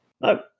no